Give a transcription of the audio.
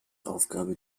aufgabe